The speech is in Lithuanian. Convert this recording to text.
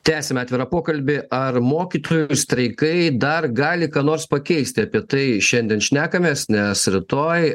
tęsiame atvirą pokalbį ar mokytojų streikai dar gali ką nors pakeisti apie tai šiandien šnekamės nes rytoj